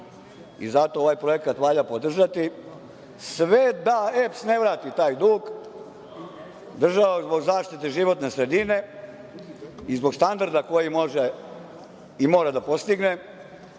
i zato ovaj projekat valja podržati. Sve da EPS ne vrati taj dug, država zbog zaštite životne sredine i zbog standarda koji može i mora da postigne